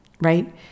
right